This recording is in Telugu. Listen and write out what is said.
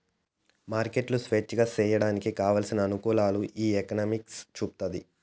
మార్కెట్లు స్వేచ్ఛగా సేసేయడానికి కావలసిన అనుకూలాలు ఈ ఎకనామిక్స్ చూపుతాది